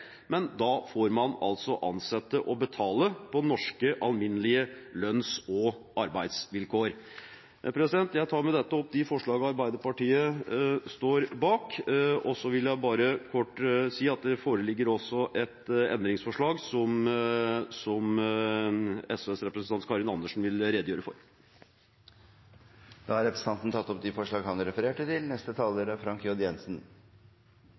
men da får man altså ansette og betale på alminnelige norske lønns- og arbeidsvilkår. Jeg tar med dette opp de forslagene Arbeiderpartiet står bak, og jeg vil kort si at det også foreligger et endringsforslag som SVs representant Karin Andersen vil redegjøre for. Representanten Stein Erik Lauvås har tatt opp de forslagene han refererte til.